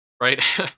right